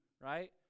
right